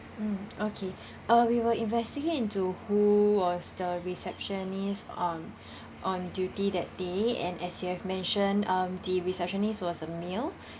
mm okay uh we will investigate into who was the receptionist on on duty that day and as you have mentioned um the receptionist was a male